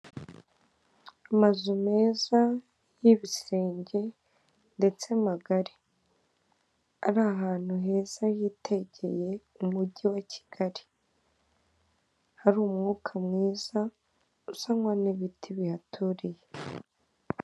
Amazu meza y'ibisenge ndetse magari, ari ahantu heza yitegeye umujyi wa Kigali hari umwuka mwiza uzanwa n'ibiti bihaturiye.